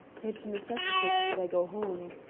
it necessitates that i go home.